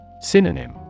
Synonym